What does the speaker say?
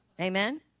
Amen